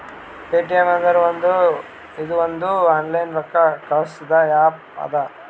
Paytm ಅಂದುರ್ ಇದು ಒಂದು ಆನ್ಲೈನ್ ರೊಕ್ಕಾ ಕಳ್ಸದು ಆ್ಯಪ್ ಅದಾ